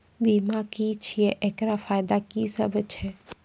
बीमा की छियै? एकरऽ फायदा की सब छै?